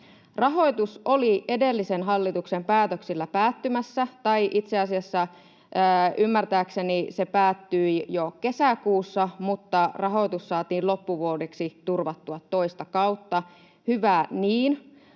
Rahoitus oli edellisen hallituksen päätöksillä päättymässä, tai itse asiassa ymmärtääkseni se päättyi jo kesäkuussa, mutta rahoitus saatiin loppuvuodeksi turvattua toista kautta. Hyvä niin,